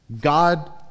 God